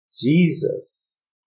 Jesus